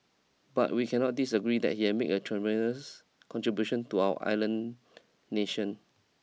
but we cannot disagree that he had made a tremendous contribution to our island nation